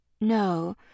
No